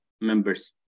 members